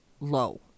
low